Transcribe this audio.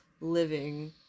living